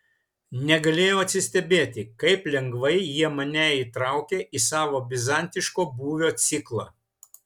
negalėjau atsistebėti kaip lengvai jie mane įtraukė į savo bizantiško būvio ciklą